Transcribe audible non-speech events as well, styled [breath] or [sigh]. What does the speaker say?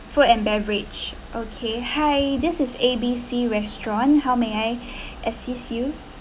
food and beverage okay hi this is A_B_C restaurant how may I [breath] assist you